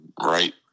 right